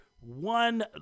one